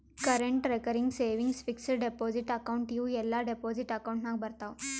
current, recurring, savings, fixed deposit account ಇವೂ ಎಲ್ಲಾ deposit account ನಾಗ್ ಬರ್ತಾವ್